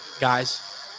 guys